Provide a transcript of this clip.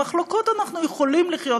עם מחלוקות אנחנו יכולים לחיות,